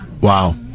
Wow